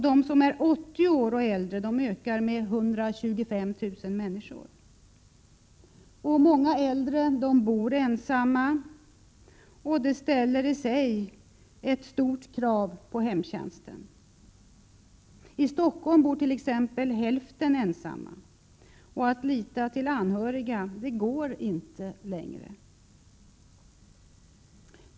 De som är 80 år och äldre ökar med 125 000 personer. Många äldre bor ensamma. Det ställer i sig ett Prot. 1987/88:126 stort krav på hemtjänsten. I Stockholm bor t.ex. hälften ensamma. Att lita 25 maj 1988 till anhöriga går inte längre.